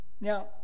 Now